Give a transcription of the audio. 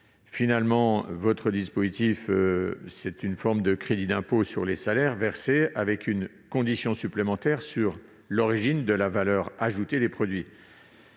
globale. Votre dispositif constitue une sorte de crédit d'impôt sur les salaires versés, avec une condition supplémentaire sur l'origine de la valeur ajoutée des produits.